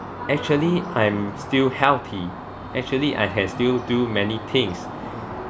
actually I'm still healthy actually I had still do many things